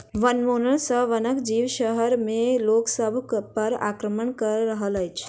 वनोन्मूलन सॅ वनक जीव शहर में लोक सभ पर आक्रमण कअ रहल अछि